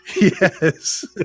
Yes